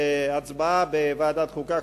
בהצבעה בוועדת החוקה,